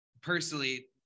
personally